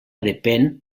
depèn